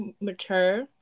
mature